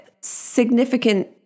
significant